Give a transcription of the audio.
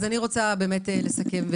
אני רוצה לסכם,